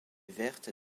verte